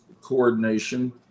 coordination